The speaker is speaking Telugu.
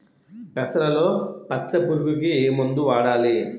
పెసరలో పచ్చ పురుగుకి ఏ మందు వాడాలి?